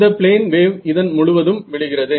இந்த plane wave இதன் முழுவதும் விழுகிறது